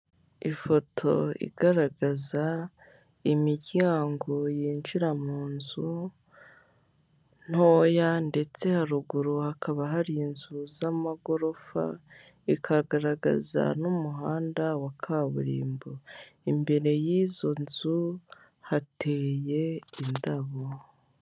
Ifoto igaragaza imiryango yinjira mu nzu ntoya ndetse haruguru hakaba hari inzu z'amagorofa ikagaragaza n'umuhanda wa kaburimbo, imbere y'izo nzu hateye indabo.